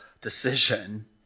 decision